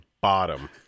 bottom